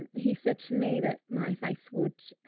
he said to me that my face would, ah,